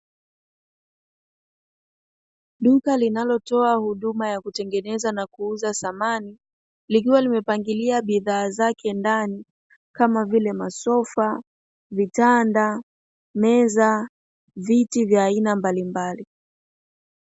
Duka linalotoa huduma ya kutengeneza na kuuza samani likiwa limepangilia bidhaaa zake ndani kama vile masofa, vitanda, meza, viti vya aina mbalimbali.